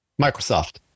Microsoft